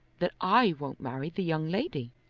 that i won't marry the young lady.